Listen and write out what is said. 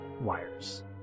wires